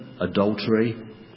adultery